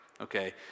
okay